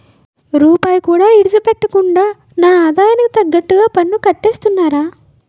రూపాయికి కూడా ఇడిసిపెట్టకుండా నా ఆదాయానికి తగ్గట్టుగా పన్నుకట్టేస్తున్నారా